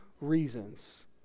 reasons